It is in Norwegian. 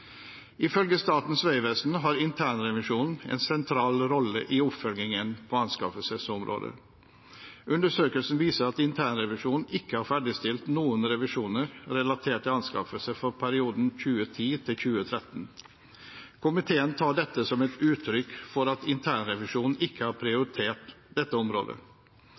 Ifølge Statens vegvesen har internrevisjonen en sentral rolle i oppfølgingen på anskaffelsesområdet. Undersøkelsen viser at internrevisjonen ikke har ferdigstilt noen revisjoner relatert til anskaffelser for perioden 2010–2013. Komiteen tar dette som et uttrykk for at internrevisjonen ikke har prioritert dette området.